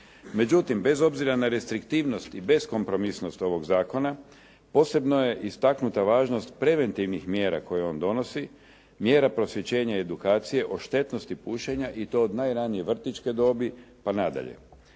Međutim, bez obzira na restriktivnost i beskompromisnost ovog zakona posebno je istaknuta važnost preventivnih mjera koje on donosi, mjera prosvjećenja i edukacije o štetnosti pušenja i to od najranije vrtićke dobi pa nadalje.